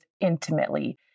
intimately